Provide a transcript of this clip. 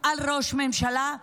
על ראש ממשלה.